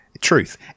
Truth